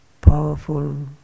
powerful